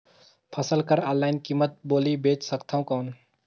फसल कर ऑनलाइन कीमत बोली बेच सकथव कौन?